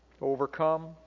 Overcome